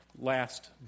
last